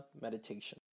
Meditation